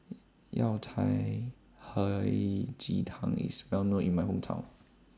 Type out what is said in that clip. Yao Cai Hei Ji Tang IS Well known in My Hometown